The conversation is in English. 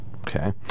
Okay